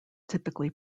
typically